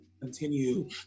continue